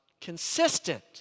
consistent